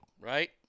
right